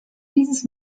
dieses